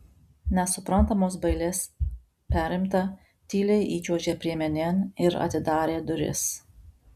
nesuprantamos bailės perimta tyliai įčiuožė priemenėn ir atidarė duris